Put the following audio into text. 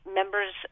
members